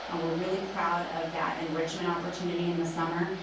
um we're really proud of that enrichment opportunity in the summer.